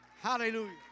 Hallelujah